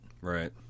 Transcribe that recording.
Right